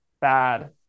bad